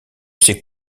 sait